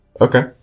Okay